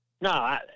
No